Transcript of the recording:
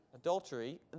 Adultery